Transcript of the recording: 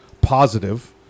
positive